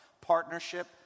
Partnership